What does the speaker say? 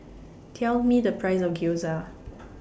Tell Me The Price of Gyoza